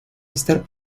estar